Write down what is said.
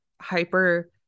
hyper